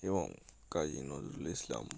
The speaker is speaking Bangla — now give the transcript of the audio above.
এবং কাজী নজরুল ইসলাম